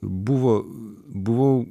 buvo buvau